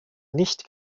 nicht